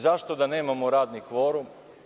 Zašto da nemamo radni kvorum?